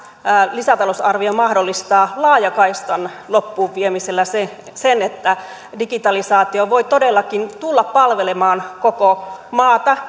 lisätalousarvio mahdollistaa laajakaistan loppuunviemisellä sen että digitalisaatio voi todellakin tulla palvelemaan koko maata